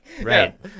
right